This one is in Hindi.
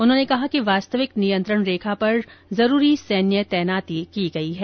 उन्होंने कहा कि वास्तविक नियंत्रण रेखा पर जरूरी सैन्य तैनाती की गई है